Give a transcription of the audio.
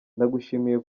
ndagushimiye